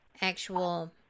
actual